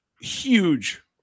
huge